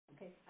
Okay